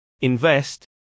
invest